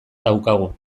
daukagu